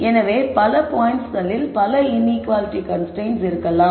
எனவே பல பாயின்ட்ஸ்களில் பல இன்ஈக்குவாலிட்டி கன்ஸ்ரைன்ட்ஸ் இருக்கலாம்